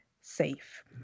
Safe